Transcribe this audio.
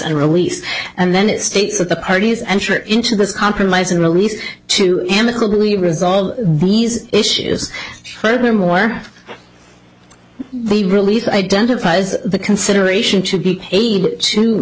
and release and then it states that the parties enter into this compromise and release to amicably resolve these issues furthermore the release identifies the consideration should be aid to